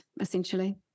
essentially